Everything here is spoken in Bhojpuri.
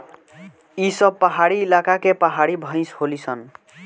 ई सब पहाड़ी इलाका के पहाड़ी भईस होली सन